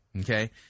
okay